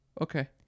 Okay